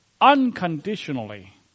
unconditionally